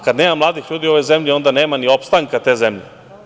Kada nema mladih ljudi u ovoj zemlji onda nema ni opstanka te zemlje.